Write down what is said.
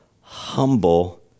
humble